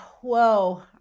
whoa